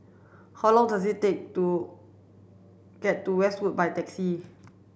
how long does it take to get to Westwood by taxi